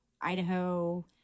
Idaho